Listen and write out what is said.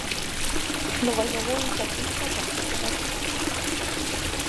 nuvažiavau už zapyškio aplankyti močiutės